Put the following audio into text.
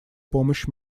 помощь